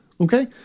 Okay